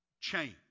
change